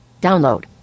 download